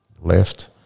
left